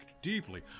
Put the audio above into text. deeply